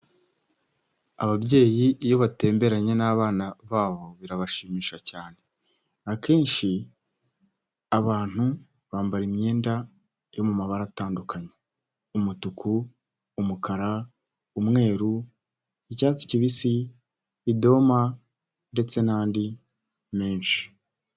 Ababyeyi iyo batemberanye n'abana babo birabashimisha cyane, akenshi abantu bambara imyenda yo mu mabara atandukanye umutuku, umukara, umweru, icyatsi kibisi, idoma ndetse n'andi menshi.